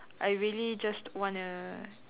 I really just wanna